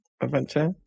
adventure